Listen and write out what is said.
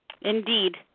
Indeed